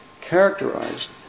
characterized